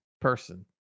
person